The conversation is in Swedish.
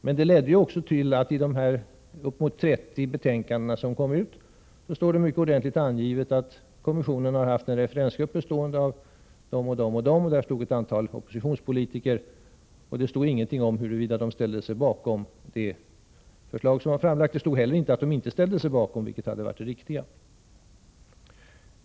Men det ledde också till att det i de uppemot 30 betänkanden som kommissionen gav ut mycket ordentligt står angivet att kommissionen har haft en referensgrupp bestående av ett visst antal omnämnda ledamöter, bl.a. några oppositionspolitiker. Det sägs dock ingenting om huruvida dessa politiker ställer sig bakom de förslag som har framlagts. Det står heller inte att de inte ställer sig bakom förslagen, vilket hade varit det riktiga.